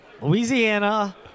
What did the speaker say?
Louisiana